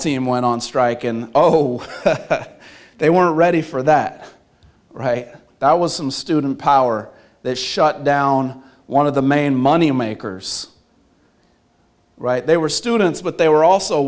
team went on strike and oh they were ready for that that was some student power that shut down one of the main money makers right they were students but they were also